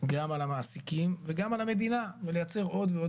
גם על המעסיקים וגם על המדינה וזה לייצר עוד ועוד